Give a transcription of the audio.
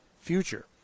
future